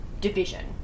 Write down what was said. division